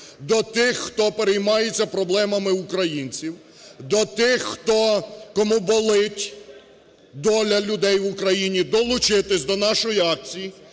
до тих, хто переймається проблемами українців, до тих, кому болить доля людей в Україні, долучитись до нашої акції